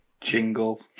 Jingle